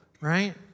right